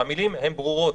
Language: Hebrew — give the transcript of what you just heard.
והמילים הן ברורות.